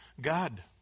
God